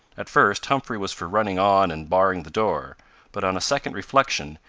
at first, humphrey was for running on and barring the door but, on a second reflection,